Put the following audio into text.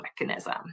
mechanism